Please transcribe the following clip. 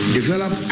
develop